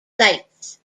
sites